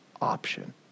option